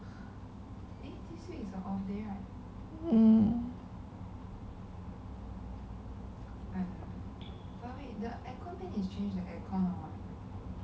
um